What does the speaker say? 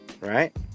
right